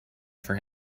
for